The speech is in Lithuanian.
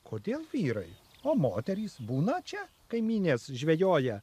kodėl vyrai o moterys būna čia kaimynės žvejoja